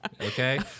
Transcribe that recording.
okay